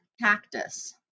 cactus